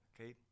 Okay